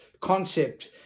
concept